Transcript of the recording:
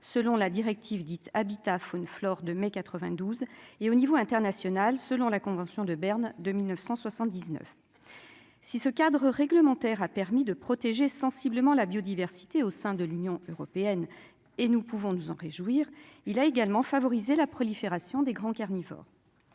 selon la directive dite Habitat Faune flore de mai 92 et au niveau international, selon la Convention de Berne, de 1979 si ce cadre réglementaire a permis de protéger sensiblement la biodiversité au sein de l'Union Européenne et nous pouvons nous en réjouir, il a également favorisé la prolifération des grands carnivores,